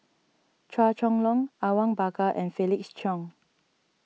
Chua Chong Long Awang Bakar and Felix Cheong